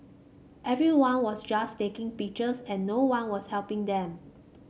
everyone was just taking pictures and no one was helping them